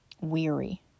weary